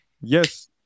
yes